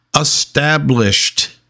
established